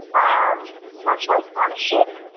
ah um much like on a ship.